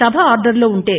సభ ఆర్షర్లో ఉంటే